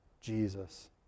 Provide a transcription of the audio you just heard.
Jesus